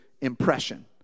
impression